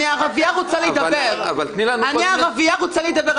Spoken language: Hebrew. אני ערבייה, ואני רוצה לדבר.